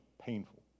painful